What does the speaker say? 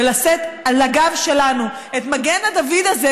לשאת על הגב שלנו את מגן הדוד הזה,